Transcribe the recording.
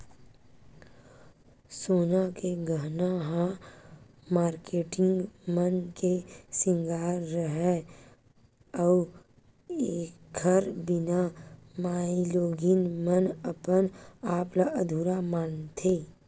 सोना के गहना ह मारकेटिंग मन के सिंगार हरय अउ एखर बिना माइलोगिन मन अपन आप ल अधुरा मानथे